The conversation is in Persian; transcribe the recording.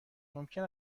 ممکن